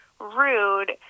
rude